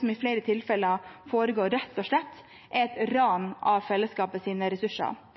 som i flere tilfeller foregår, er rett og slett et ran av fellesskapets ressurser. Vi ser det i kongekrabbesaken. Vi ser at det er